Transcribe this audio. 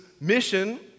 mission